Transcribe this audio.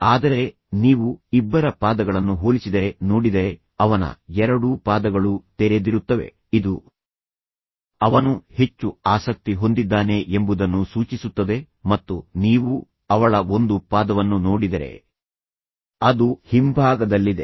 ಆದರೆ ನೀವು ಇಬ್ಬರ ಪಾದಗಳನ್ನು ಹೋಲಿಸಿದರೆ ನೋಡಿದರೆ ಅವನ ಎರಡೂ ಪಾದಗಳು ತೆರೆದಿರುತ್ತವೆ ಇದು ಅವನು ಹೆಚ್ಚು ಆಸಕ್ತಿ ಹೊಂದಿದ್ದಾನೆ ಎಂಬುದನ್ನು ಸೂಚಿಸುತ್ತದೆ ಮತ್ತು ನೀವು ಅವಳ ಒಂದು ಪಾದವನ್ನು ನೋಡಿದರೆ ಅದು ಹಿಂಭಾಗದಲ್ಲಿದೆ